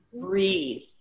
breathe